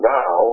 now